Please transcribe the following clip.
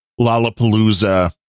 Lollapalooza